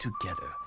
together